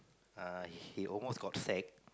uh he almost got sack